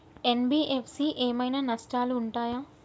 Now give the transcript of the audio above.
NBFC ఏమైనా నష్టాలు ఉంటయా?